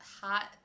hot